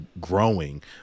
growing